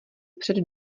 před